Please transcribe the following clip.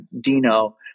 Dino